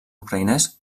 ucraïnès